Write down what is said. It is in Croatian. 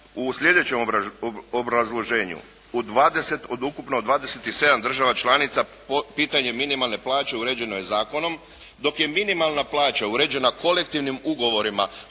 U sljedećem obrazloženju u 20 od ukupno 27 država članica pitanje minimalne plaće uređeno je zakonom, dok je minimalna plaća uređena kolektivnim ugovorima